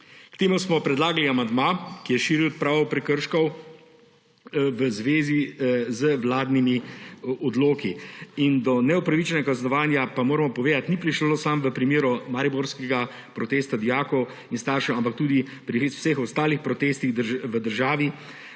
K temu smo predlagali amandma, ki je širil odpravo prekrškov v zvezi z vladnimi odloki. Moramo pa povedati, da do neupravičenega kaznovanja ni prišlo samo v primeru mariborskega protesta dijakov in staršev, ampak tudi pri vseh ostalih protestih v državi;